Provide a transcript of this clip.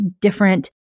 different